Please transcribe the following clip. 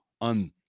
on